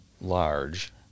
large